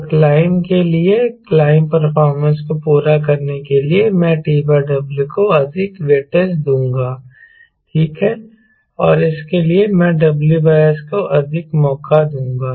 तो क्लाइंब के लिए क्लाइंब परफॉर्मेंस को पूरा करने के लिए मैं TW को अधिक वेटेज दूंगा ठीक है और इसके लिए मैं WS को अधिक मौका दूंगा